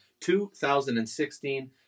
2016